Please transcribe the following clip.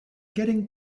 getting